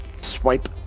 Swipe